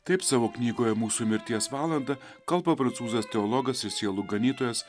taip savo knygoje mūsų mirties valandą kalba prancūzas teologas ir sielų ganytojas